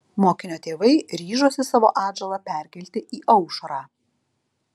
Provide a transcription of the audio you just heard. mokinio tėvai ryžosi savo atžalą perkelti į aušrą